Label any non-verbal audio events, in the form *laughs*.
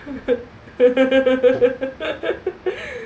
*laughs* *breath*